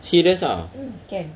serious ah